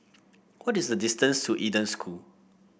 what is the distance to Eden School